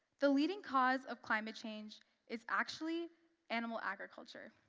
the leading cause of climate change is actually animal agriculture.